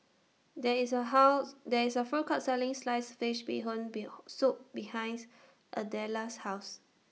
There IS A House There IS A Food Court Selling Sliced Fish Bee Hoon Bee Hoon Soup behind's Adela's House